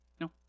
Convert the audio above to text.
No